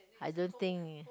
I don't think it